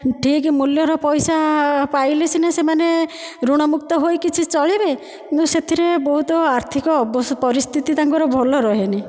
ଠିକ୍ ମୂଲ୍ୟର ପଇସା ପାଇଲେ ସିନା ସେମାନେ ଋଣମୁକ୍ତ ହୋଇ କିଛି ଚଳିବେ କିନ୍ତୁ ସେଥିରେ ବହୁତ ଆର୍ଥିକ ପରିସ୍ଥିତି ତାଙ୍କର ଭଲ ରହେନି